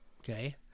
Okay